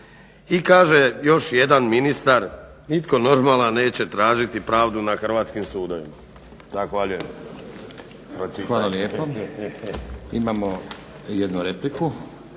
I kaže još jedan ministar nitko normalan neće tražiti pravdu na hrvatskih sudovima. Zahvaljujem. **Stazić, Nenad (SDP)** Hvala lijepo. Imamo jednu repliku.